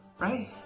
Right